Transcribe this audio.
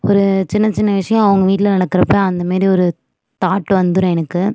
ஒரு சின்னச் சின்ன விஷயம் அவங்க வீட்டில நடக்கிறப்போ அந்த மாரி ஒரு தாட் வந்துரும் எனக்கு